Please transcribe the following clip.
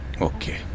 okay